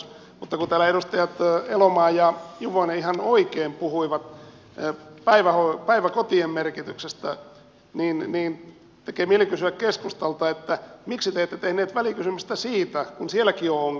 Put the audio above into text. mutta kun täällä edustajat elomaa ja juvonen ihan oikein puhuivat päiväkotien merkityksestä niin tekee mieli kysyä keskustalta miksi te ette tehneet välikysymystä siitä kun sielläkin on ongelmia